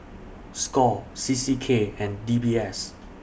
SCORE C C K and D B S